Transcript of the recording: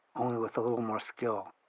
only with a little more skill.